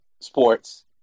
sports